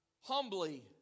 humbly